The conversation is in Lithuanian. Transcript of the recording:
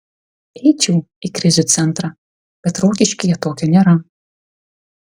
eičiau į krizių centrą bet rokiškyje tokio nėra